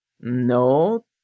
No